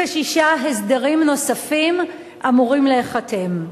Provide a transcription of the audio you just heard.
36 הסדרים נוספים אמורים להיחתם.